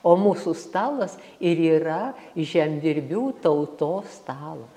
o mūsų stalas ir yra žemdirbių tautos stalas